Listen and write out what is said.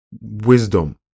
wisdom